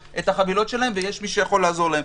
החבילות שלהם ויש מי שיכול לעזור להם.